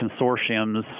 consortiums